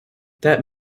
that